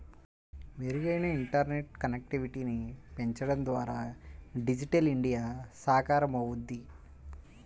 మెరుగైన ఇంటర్నెట్ కనెక్టివిటీని పెంచడం ద్వారా డిజిటల్ ఇండియా సాకారమవుద్ది